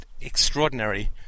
extraordinary